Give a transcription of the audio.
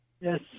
Yes